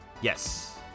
Yes